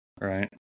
Right